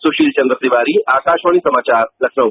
सुशील चन्द्र तिवारी आकाशवाणी समाचार लखनऊ